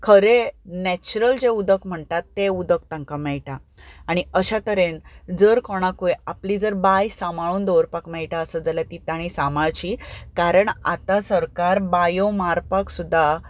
खरें नॅच्युरल जें उदक म्हणटात तें उदक तांकां मेळटा आनी अशे तरेन जर कोणाकूय आपल्याली जर बांय सांबाळून दवरपाक मेळटा आसत जाल्यार ती तेणें सांबाळची कारण आतां सरकार बांयो मारपाक सुद्दां